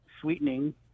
sweetening